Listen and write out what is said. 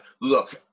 look